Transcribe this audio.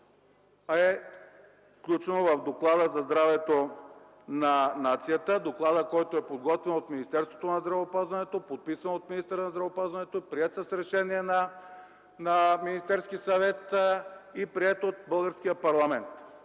е включено в Доклада за здравето на нацията. Докладът е подготвен от Министерството на здравеопазването, подписан е от министъра на здравеопазването, приет е с решение на Министерския съвет и е приет от българския парламент,